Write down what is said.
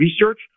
research